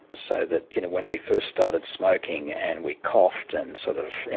so that you know, when we first started smoking and we coughed and sort of,